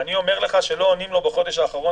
ואני אומר לך שלא עונים לו בחודש האחרון